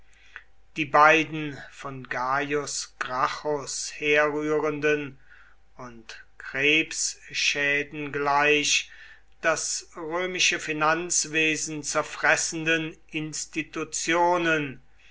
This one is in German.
die beiden von gaius gracchus herrührenden und krebsschäden gleich das römische finanzwesen zerfressenden institutionen